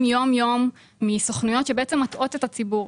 יום-יום מסוכנויות שבעצם מטעות את הציבור.